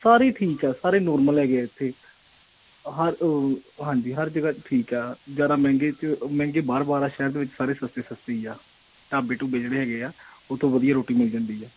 ਸਾਰੇ ਹੀ ਠੀਕ ਆ ਸਾਰੇ ਨੋਰਮਲ ਹੈਗੇ ਆ ਇੱਥੇ ਹਰ ਹਾਂਜੀ ਹਰ ਜਗ੍ਹਾ ਠੀਕ ਆ ਜ਼ਿਆਦਾ ਮਹਿੰਗੇ 'ਚ ਮਹਿੰਗੇ ਬਾਹਰ ਬਾਹਰ ਆ ਸ਼ਹਿਰ ਦੇ ਵਿੱਚ ਸਾਰੇ ਸਸਤੇ ਸਸਤੇ ਹੀ ਆ ਢਾਬੇ ਢੁਬੇ ਜਿਹੜੇ ਹੈਗੇ ਆ ਉੱਥੋਂ ਵਧੀਆ ਰੋਟੀ ਮਿਲ ਜਾਂਦੀ ਆ